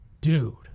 Dude